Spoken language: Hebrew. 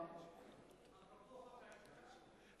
אבל קריאות ביניים מותר.